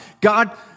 God